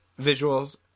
visuals